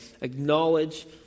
acknowledge